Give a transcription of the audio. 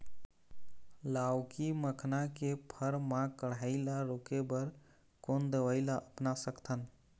लाउकी मखना के फर मा कढ़ाई ला रोके बर कोन दवई ला अपना सकथन?